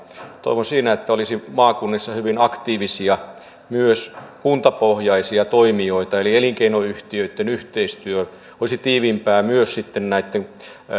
toivon että maakunnissa olisi hyvin aktiivisia myös kuntapohjaisia toimijoita eli elinkeinoyhtiöitten yhteistyö olisi tiiviimpää myös sitten näitten